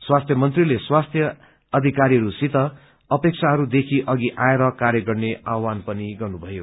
स्वास्थ्य मन्त्रीले स्वास्थ्य अधिकारीहरूसित अपेक्षाहय देखी अधि आएर र्काय गर्ने आवहान गर्नुभयो